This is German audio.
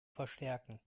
verstärken